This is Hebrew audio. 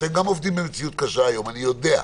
אתם גם עובדים במציאות קשה היום, אני יודע.